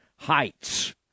Heights